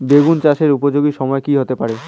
বেগুন চাষের উপযোগী সময় কি হতে পারে?